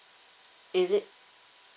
is it